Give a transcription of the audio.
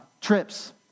trips